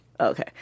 Okay